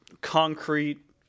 concrete